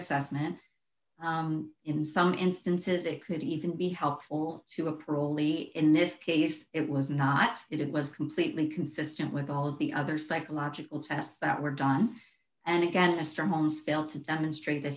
assessment in some instances it could even be helpful to a parolee in this case it was not it was completely consistent with all of the other psychological tests that were done and again mr holmes failed to demonstrate that